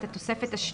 את התוספת השנייה,